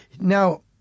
Now